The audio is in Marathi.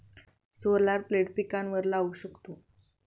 सोलर प्लेट्स पिकांवर लाऊ शकतो